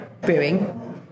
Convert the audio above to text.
brewing